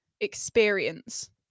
experience